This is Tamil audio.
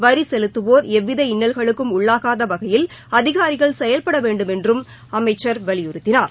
வரி செலுத்துவோா் எவ்வித இன்னல்களுக்கும் உள்ளாகாத வகையில் அதிகாரிகள் செயல்பட வேண்டுமென்றும் அமைச்சர் வலியுறுத்தினார்